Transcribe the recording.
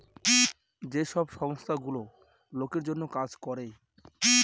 যে সব সংস্থা গুলো লোকের জন্য কাজ করে